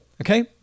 Okay